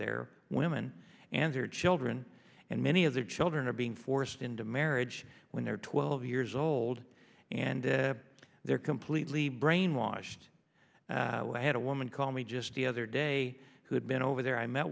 their women and their children and many of their children are being forced into marriage when they're twelve years old and they're completely brainwashed i had a woman call me just the other day who had been over there i met